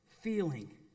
feeling